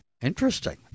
Interesting